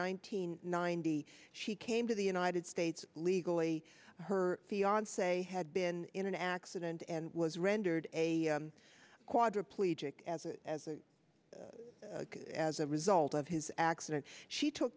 nineteen ninety she came to the united states legally her fiance had been in an accident and was rendered a quadriplegic as well as a as a result of his accident she took